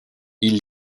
ils